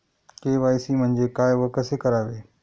KYC म्हणजे काय व कसे करावे?